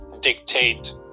dictate